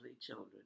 children